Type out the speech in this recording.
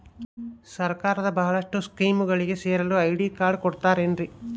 ಸರ್ಕಾರದ ಬಹಳಷ್ಟು ಸ್ಕೇಮುಗಳಿಗೆ ಸೇರಲು ಐ.ಡಿ ಕಾರ್ಡ್ ಕೊಡುತ್ತಾರೇನ್ರಿ?